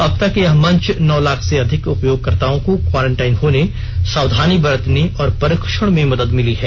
अब तक यह मंच नौ लाख से अधिक उपयोगकर्ताओं को क्वारंटिन होने सावधानी बरतने और परीक्षण में मदद मिली है